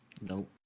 Nope